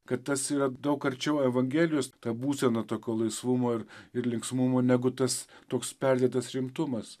kad tas yra daug arčiau evangelijos ta būsena tokio laisvumo ir ir linksmumo negu tas toks perdėtas rimtumas